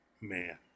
Man